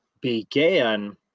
began